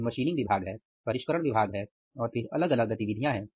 फिर मशीनिंग विभाग है परिष्करण विभाग है और फिर अलग अलग गतिविधियां हैं